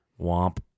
Womp